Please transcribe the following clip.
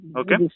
okay